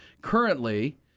currently